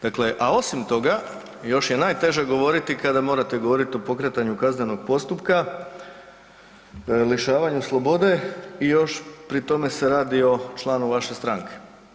Dakle, a osim toga još je najteže govoriti kada morate govoriti o pokretanju kaznenog postupka, lišavanju slobode i još pri tome se radi o članu vaše stranke.